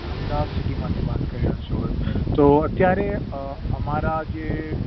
અમદાવાદ સિટીમાંથી વાત કરી રહ્યા છો અચ્છા તો અત્યારે અમારા જે